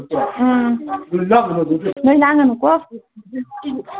ꯅꯣꯏ ꯂꯥꯡꯒꯅꯨꯀꯣ